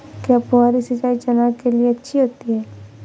क्या फुहारी सिंचाई चना के लिए अच्छी होती है?